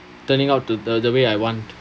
turning out to the way I want